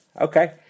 Okay